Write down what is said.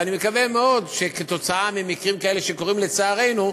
ואני מקווה מאוד שכתוצאה ממקרים כאלה שקורים לצערנו,